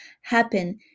happen